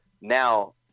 Now